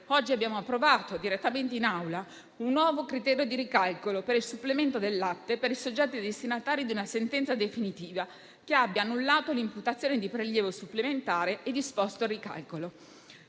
oggi abbiamo approvato direttamente in Aula un nuovo criterio di ricalcolo per il supplemento del latte per i soggetti destinatari di una sentenza definitiva che abbia annullato l'imputazione di prelievo supplementare e disposto il ricalcolo.